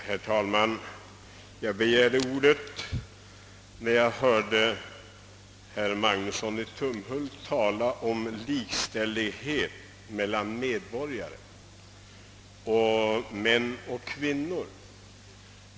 Herr talman! Jag begärde ordet när ag hörde herr Magnusson i Tumhult ala om likställighet mellan medborgare, alltså mellan män och kvinnor.